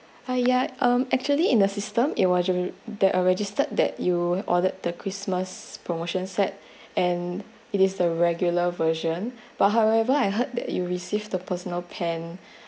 hi ya um actually in the system it wasn't that was registered that you ordered the christmas promotion set and it is the regular version but however I heard that you received the personal pan